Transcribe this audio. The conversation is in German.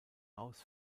aus